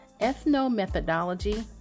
ethno-methodology